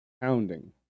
pounding